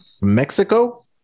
Mexico